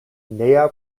nea